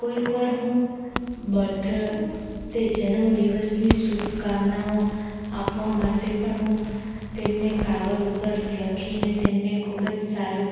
કોઈક વાર હું બર્થ તે જન્મદિવસની શુભકામનાઓ આપવા માટે પણ હું તેમને કાગળ ઉપર લખીને તેમને ખૂબ જ સારું